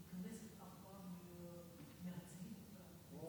חבר הכנסת ג'אבר עסאקלה איננו,